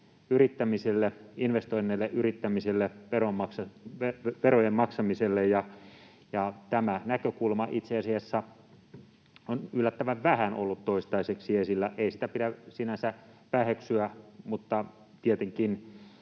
kuitenkin investoinneille, yrittämiselle, verojen maksamiselle, ja tämä näkökulma itse asiassa on yllättävän vähän ollut toistaiseksi esillä. Ei sitä pidä sinänsä väheksyä. Tietenkin